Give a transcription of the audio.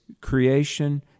creation